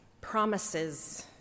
promises